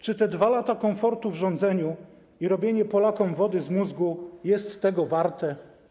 Czy te 2 lata komfortu w rządzeniu i robienie Polakom wody z mózgu jest tego warte?